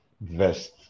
vest